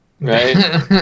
Right